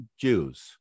Jews